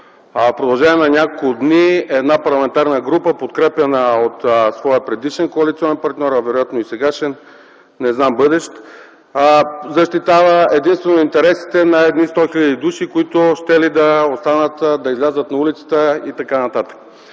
продължение на няколко дни една парламентарна група, подкрепяна от своя предишен коалиционен партньор, а вероятно и сегашен, не знам дали бъдещ, защитава единствено интересите на едни сто хиляди души, които щели да останат, да излязат на улицата и т.н.